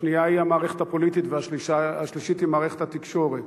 השנייה היא המערכת הפוליטית והשלישית היא מערכת התקשורת.